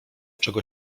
czego